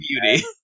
beauty